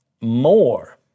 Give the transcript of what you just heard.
more